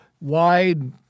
wide